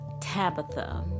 Tabitha